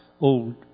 old